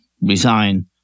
resign